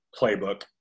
playbook